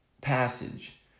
passage